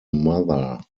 mother